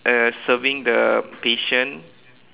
uh serving the patient